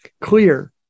clear